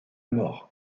mort